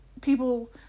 people